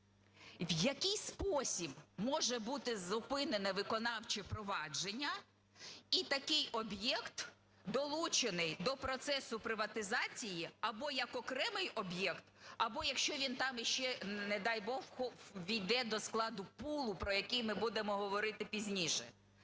в який спосіб може бути зупинене виконавче провадження і такий об'єкт долучений до процесу приватизації або як окремий об'єкт, або, якщо він там, ще, не дай Бог, ввійде до складу пулу, про який ми будемо говорити пізніше.